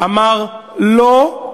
אמר "לא"